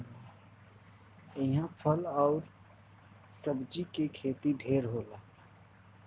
इहां फल आउर सब्जी के खेती ढेर होला